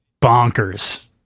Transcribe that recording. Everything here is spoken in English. bonkers